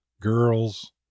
girls